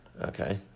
Okay